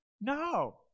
No